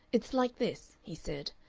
it's like this, he said,